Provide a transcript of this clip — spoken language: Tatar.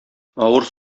авыр